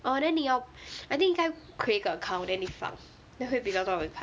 orh then 你用 I think 应该 create 一个 account then 你放 then 会比较多人看